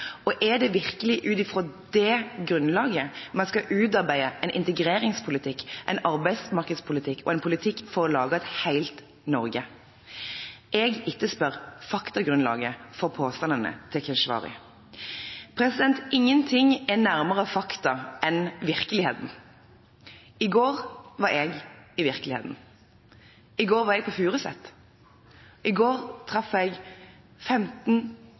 og er det virkelig ut fra det grunnlaget man skal utarbeide en integreringspolitikk, en arbeidsmarkedspolitikk og en politikk for å lage et helt Norge? Jeg etterspør faktagrunnlaget for påstandene til Keshvari. Ingenting er nærmere fakta enn virkeligheten. I går var jeg i virkeligheten. I går var jeg på Furuset. I går traff jeg 15